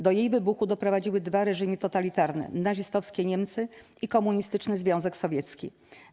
Do jej wybuchu doprowadziły dwa reżimy totalitarne: nazistowskie Niemcy i komunistyczny Związek Sowiecki.